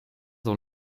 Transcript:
dans